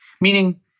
Meaning